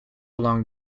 along